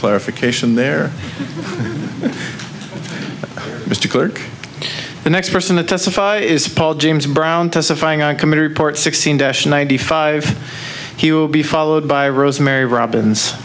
clarification there mr kirk the next person to testify is paul james brown testifying on a committee report sixteen dash ninety five he will be followed by rosemary robbins